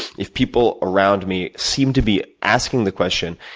if people around me seem to be asking the question,